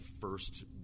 first